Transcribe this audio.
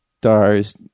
stars